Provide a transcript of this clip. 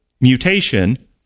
mutation